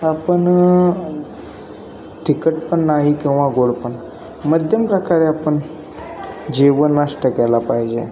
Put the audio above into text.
आपण तिखट पण नाही किंवा गोड पण मध्यम प्रकारे आपण जेवण नाष्टा केला पाहिजे